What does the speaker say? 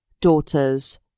daughters